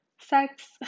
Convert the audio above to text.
sex